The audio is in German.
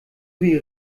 wie